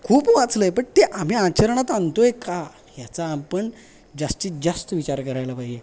खूप वाचले आहे पण ते आम्ही आचरणात आणत आहोत का याचा आपण जास्तीत जास्त विचार करायला पाहिजे